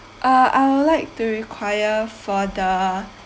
uh I would like to require for the